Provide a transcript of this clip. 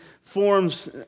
forms